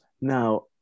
Now